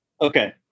Okay